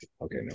Okay